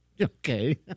Okay